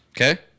Okay